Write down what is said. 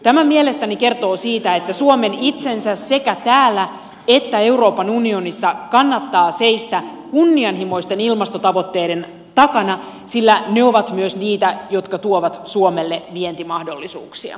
tämä mielestäni kertoo siitä että suomen itsensä sekä täällä että euroopan unionissa kannattaa seistä kunnianhimoisten ilmastotavoitteiden takana sillä ne ovat myös niitä jotka tuovat suomelle vientimahdollisuuksia